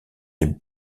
est